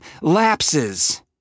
lapses